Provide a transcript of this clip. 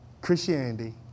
Christianity